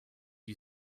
you